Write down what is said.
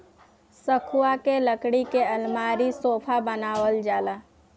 सखुआ के लकड़ी के अलमारी, सोफा बनावल जाला